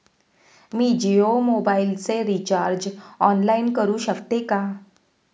मी जियो मोबाइलचे recharge online करू शकते का?